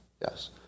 Yes